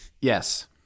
Yes